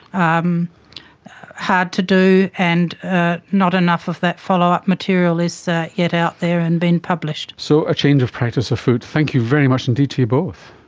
um hard to do and not enough of that follow-up material is yet out there and been published. so a change of practice afoot. thank you very much indeed to you both.